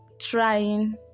trying